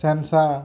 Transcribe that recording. Shahenshah